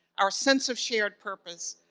our sense of shared purpose,